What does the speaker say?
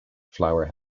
flower